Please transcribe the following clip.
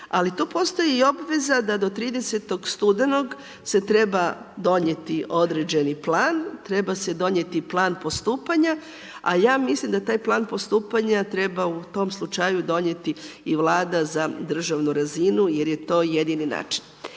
Ali tu postoji i obveza da do 30. studenog se treba donijeti određeni plan, treba se donijeti plan postupanja. A ja mislim da taj plan postupanja treba u tom slučaju donijeti i Vlada za državnu razinu jer je to jedni način.